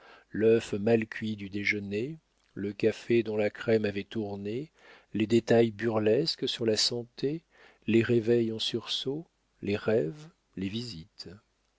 l'œuf mal cuit du déjeuner le café dont la crème avait tourné les détails burlesques sur la santé les réveils en sursaut les rêves les visites